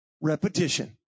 repetition